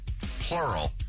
plural